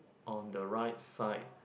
on the right side